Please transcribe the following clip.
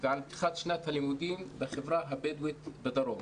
ועל פתיחת שנת הלימודים בחברה הבדואית בדרום.